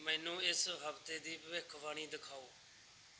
ਮੈਨੂੰ ਇਸ ਹਫ਼ਤੇ ਦੀ ਭਵਿੱਖਬਾਣੀ ਦਿਖਾਓ